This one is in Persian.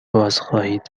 بازخواهید